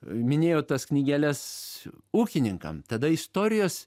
minėjo tas knygeles ūkininkam tada istorijos